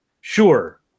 Sure